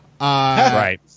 Right